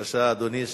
בבקשה, אדוני.